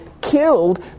killed